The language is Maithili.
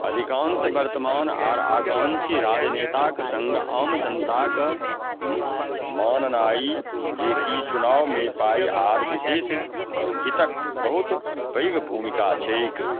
अधिकांश बर्तमान आर आकांक्षी राजनेताक संग आम जनताक माननाई जे कि चुनाव मे पाइ आर बिशेष हितक बहुत पैघ भूमिका छैक